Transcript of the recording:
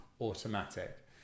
automatic